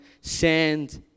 send